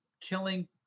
killing